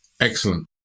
Excellent